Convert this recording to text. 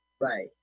right